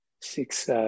six